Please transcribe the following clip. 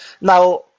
Now